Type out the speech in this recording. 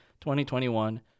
2021